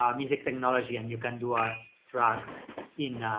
um music technology and you can do a track in, ah,